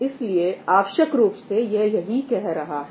इसलिए आवश्यक रूप से यह यही कह रहा है